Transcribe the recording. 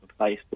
Facebook